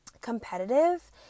competitive